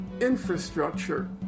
infrastructure